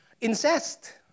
incest